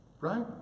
Right